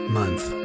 month